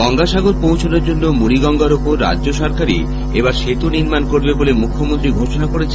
গঙ্গাসাগর পৌঁছানোর জন্য মুড়িগঙ্গার ওপর রাজ্য সরকারই এবার সেতু নির্মাণ করবে বলে মুখ্যমন্ত্রী ঘোষণা করেছেন